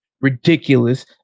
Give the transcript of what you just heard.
ridiculous